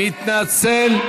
מתנצל.